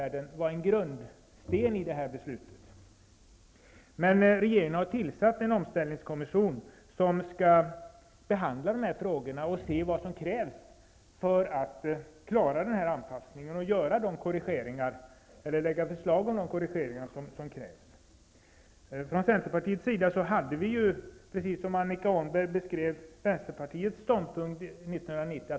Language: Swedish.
Regeringen har nu tillsatt en omställningskommission, som skall behandla de här frågorna och se vad som krävs för att vi skall klara den här anpassningen, och man kommer sedan att lägga fram förslag om de korrigeringar som är nödvändiga. Precis som Vänsterpartiet menade vi i Centerpartiet att en omställningskommision borde ha tillsatts redan 1990.